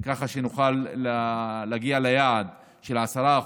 ככה שנוכל להגיע ליעד של ה-10%.